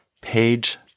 page